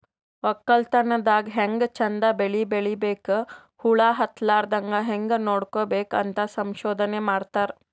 ವಕ್ಕಲತನ್ ದಾಗ್ ಹ್ಯಾಂಗ್ ಚಂದ್ ಬೆಳಿ ಬೆಳಿಬೇಕ್, ಹುಳ ಹತ್ತಲಾರದಂಗ್ ಹ್ಯಾಂಗ್ ನೋಡ್ಕೋಬೇಕ್ ಅಂತ್ ಸಂಶೋಧನೆ ಮಾಡ್ತಾರ್